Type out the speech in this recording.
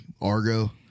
Argo